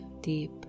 deep